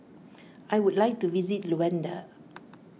I would like to visit Luanda